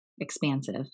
Expansive